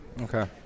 Okay